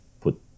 put